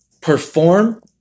perform